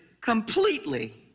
completely